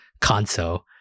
console